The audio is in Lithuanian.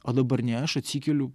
o dabar ne aš atsikeliu